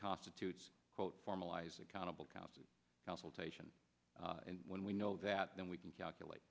constitutes quote formalized accountable council consultation and when we know that then we can calculate